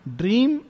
dream